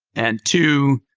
and two,